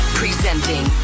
presenting